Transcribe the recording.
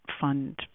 fund